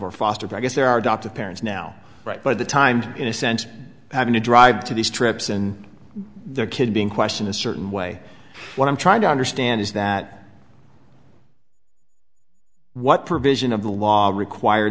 or foster because there are adopted parents now right by the time in a sense having to drive to these trips and their kid being questioned a certain way what i'm trying to understand is that what provision of the law require